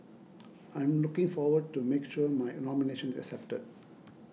I'm looking forward to making sure my nomination is accepted